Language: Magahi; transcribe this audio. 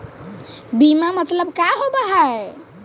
बीमा मतलब का होव हइ?